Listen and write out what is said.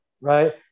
right